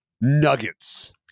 nuggets